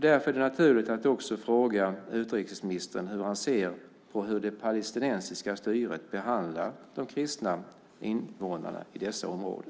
Därför är det naturligt att fråga utrikesministern hur han ser på hur det palestinska styret behandlar de kristna invånarna i dessa områden.